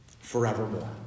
forevermore